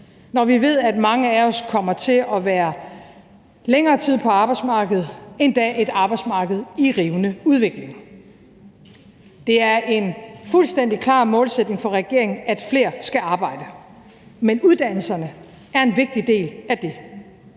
når vi ved, at mange af os kommer til at være længere tid på arbejdsmarkedet, endda et arbejdsmarked i rivende udvikling? Kl. 12:24 Det er en fuldstændig klar målsætning for regeringen, at flere skal arbejde, men uddannelserne er en vigtig del af det,